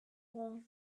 all